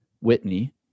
whitney